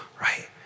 right